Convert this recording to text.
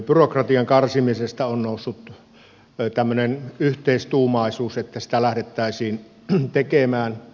byrokratian karsimisesta on noussut tämmöinen yhteistuumaisuus että sitä lähdettäisiin tekemään